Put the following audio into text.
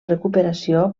recuperació